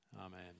Amen